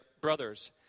brothers